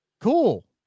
cool